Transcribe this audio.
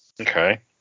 okay